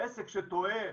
עסק שטועה,